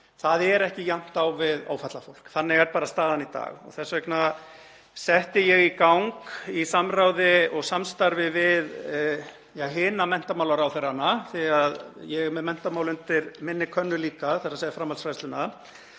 það er ekki jafnt á við ófatlað fólk. Þannig er bara staðan í dag. Þess vegna setti ég í gang samráð og samstarf við hina menntamálaráðherrana, því að ég er með menntamál undir minni könnu líka, þ.e. framhaldsfræðsluna,